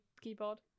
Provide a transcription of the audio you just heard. keyboard